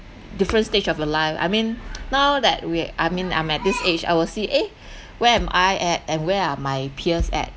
different stage of your life I mean now that we're I mean I'm at this age I will see eh where am I at and where are my peers at